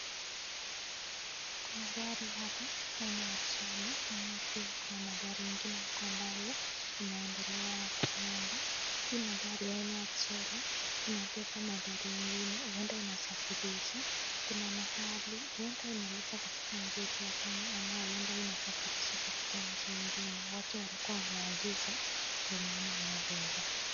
Kuna gari hapa aina ya trela naona pia kuna magari ingine iko hapa ambaye inaendelea kwenda. Hii magari aina ya trela inabeba magari ingine huenda inasafirisha kuna mahali huenda inaleta katika nchi yetu ya Kenya ama huenda inasafirisha katika nchi ingine. Watu walikuwa wameagiza ndio maana inabeba.